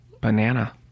banana